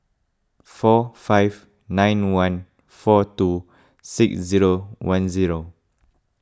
four five nine one four two six zero one zero